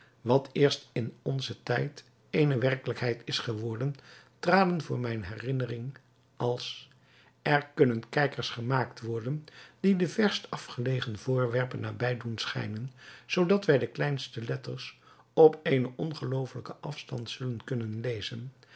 wat eerst in onzen tijd eene werkelijkheid is geworden traden voor mijne herinnering als er kunnen kijkers gemaakt worden die de verst afgelegen voorwerpen nabij doen schijnen zoodat wij de kleinste letters op eenen ongeloofelijken afstand zullen kunnen lezen